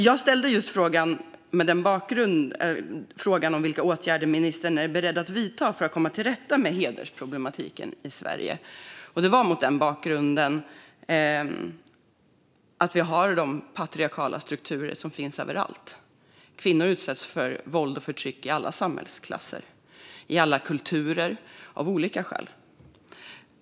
Jag ställde frågan vilka åtgärder ministern är beredd att vidta för att komma till rätta med hedersproblematiken i Sverige, och det gjorde jag mot bakgrunden att vi har de patriarkala strukturer som finns överallt. Kvinnor utsätts för våld och förtryck i alla samhällsklasser och i alla kulturer, av olika skäl.